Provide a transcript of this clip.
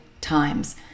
times